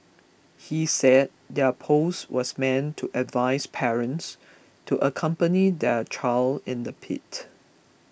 he said their post was meant to advise parents to accompany their child in the pit